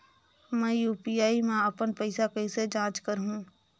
मैं यू.पी.आई मा अपन पइसा कइसे जांच करहु?